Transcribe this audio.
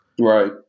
Right